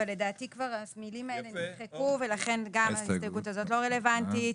אבל לדעתי כבר המילים האלה נמחקו ולכן גם ההסתייגות הזאת לא רלוונטית.